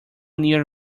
near